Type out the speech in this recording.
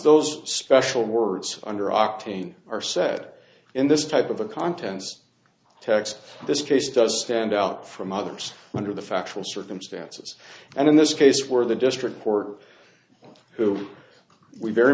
those special words under octane are said in this type of a contents text this case does stand out from others under the factual circumstances and in this case where the district court who we very